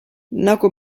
nagu